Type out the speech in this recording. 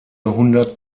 hundert